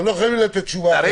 אתם לא חייבים לתת תשובה עכשיו.